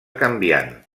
canviant